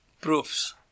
proofs